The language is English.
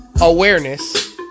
Awareness